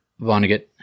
Vonnegut